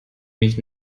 mich